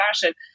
fashion